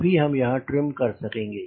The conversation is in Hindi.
तभी हम यहां पर ट्रिम कर सकेंगे